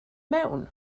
mewn